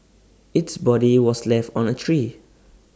its body was left on A tree